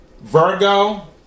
Virgo